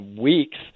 weeks